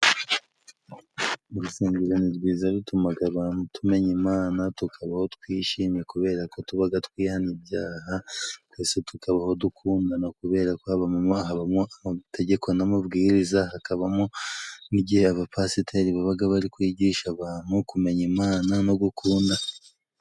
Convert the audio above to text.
Urusengero ni rwiza rutuma abantu tumenya Imana tukabaho twishimye, kuberako tuba twihannye ibyaha twese tukabaho dukundana kuberako habamo amategeko n'amabwiriza, hakabamo n'igihe abapasiteri baba bari kwigisha abantu kumenya Imana no gukundana